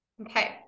Okay